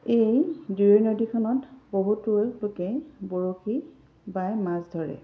এই দিৰৈ নদীখনত বহুত লোকে বৰশী বাই মাছ ধৰে